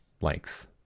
length